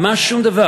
ממש שום דבר.